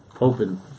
open